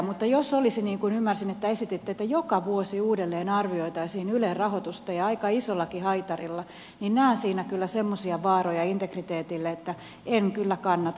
mutta jos olisi niin kuin ymmärsin että esititte niin että joka vuosi uudelleen arvioitaisiin ylen rahoitusta ja aika isollakin haitarilla niin näen siinä kyllä semmoisia vaaroja integriteetille että en kyllä kannata